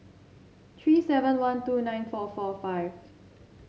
three seven one two nine four four five